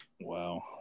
Wow